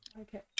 okay